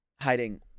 hiding –